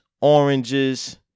oranges